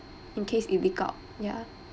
in case it leak out yeah